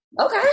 Okay